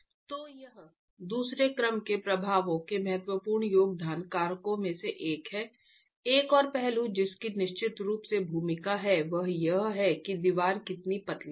तो यह दूसरे क्रम के प्रभावों के महत्वपूर्ण योगदान कारकों में से एक है एक और पहलू जिसकी निश्चित रूप से भूमिका है वह यह है कि दीवार कितनी पतली है